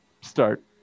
start